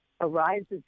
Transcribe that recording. arises